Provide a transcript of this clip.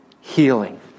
healing